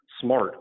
smart